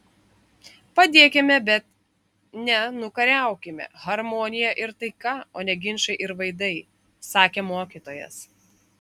padėkime bet ne nukariaukime harmonija ir taika o ne ginčai ir vaidai sakė mokytojas